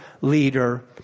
leader